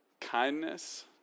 kindness